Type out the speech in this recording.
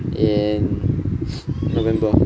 in november